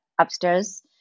upstairs